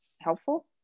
helpful